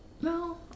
No